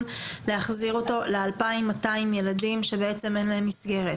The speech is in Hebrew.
ולהחזיר אותו ל-2,200 ילדים שאין להם מסגרת.